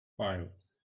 five